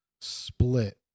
split